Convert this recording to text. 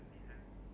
oh